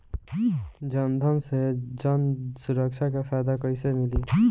जनधन से जन सुरक्षा के फायदा कैसे मिली?